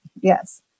yes